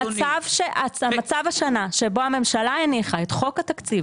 המצב השנה שבו הממשלה הניחה את חוק התקציב